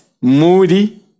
moody